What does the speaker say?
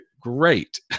great